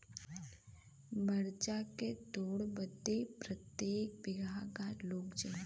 मरचा के तोड़ बदे प्रत्येक बिगहा क लोग चाहिए?